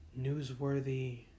newsworthy